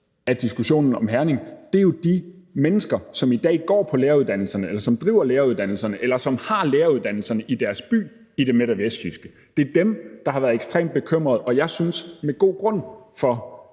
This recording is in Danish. af diskussionen om Herning, men det er jo de mennesker, som i dag går på læreruddannelserne, eller som driver læreruddannelserne, eller som har læreruddannelserne i deres by i det midt- og vestjyske, der har været ekstremt bekymrede – og jeg synes med god grund – for